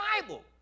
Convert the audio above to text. Bible